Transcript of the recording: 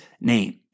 name